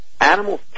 animals